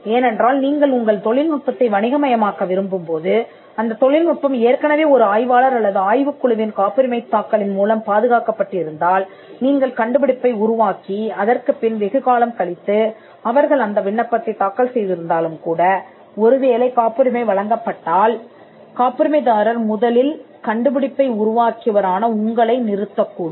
ஏனென்றால் நீங்கள் உங்கள் தொழில்நுட்பத்தை வணிகமயமாக்க விரும்பும்போது அந்தத் தொழில்நுட்பம் ஏற்கனவே ஒரு ஆய்வாளர் அல்லது ஆய்வுக்குழுவின் காப்புரிமைத் தாக்கலின் மூலம் பாதுகாக்கப்பட்டு இருந்தால் நீங்கள் கண்டுபிடிப்பை உருவாக்கி அதற்குப்பின் வெகுகாலம் கழித்து அவர்கள் அந்த விண்ணப்பத்தைத் தாக்கல் செய்து இருந்தாலும் கூட ஒருவேளை காப்புரிமை வழங்கப்பட்டால் காப்புரிமைதாரர் முதலில் கண்டுபிடிப்பை உருவாக்கியவரான உங்களை நிறுத்தக் கூடும்